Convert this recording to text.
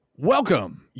Welcome